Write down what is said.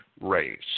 race